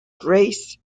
grace